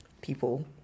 people